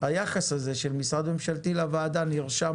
היחס הזה של משרד ממשלתי לוועדה נרשם